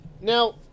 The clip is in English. Now